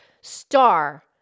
star